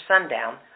sundown